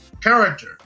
character